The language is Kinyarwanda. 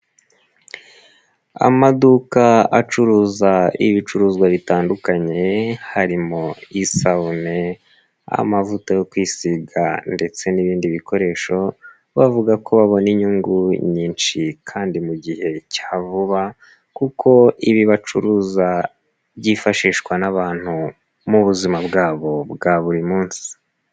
Amaduka acuruza ibicuruzwa bitandukanye harimo isabune, amavuta yo kwisiga ndetse n'ibindi bikoresho bavuga ko babona inyungu nyinshi kandi mu gihe cya vuba kuko ibi bacuruza byifashishwa n'abantu mu buzima bwabo bwa buri munsi.